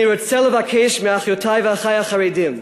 אני רוצה לבקש מאחיותי ואחי החרדים: